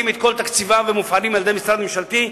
את כל תקציבם ומופעלים על-ידי משרד ממשלתי,